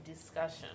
discussion